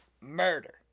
murder